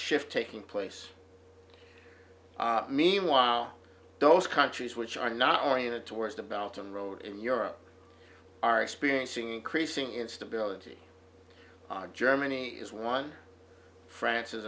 shift taking place meanwhile those countries which are not oriented towards the belgium road in europe are experiencing increasing instability germany is one france is